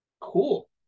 Cool